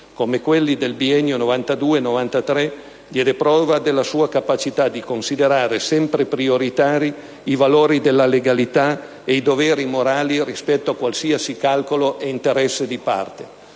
come quelli del biennio 1992-1993, diede prova della sua capacità di considerare sempre prioritari i valori della legalità e i doveri morali rispetto a qualsiasi calcolo e interesse di parte.